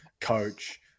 coach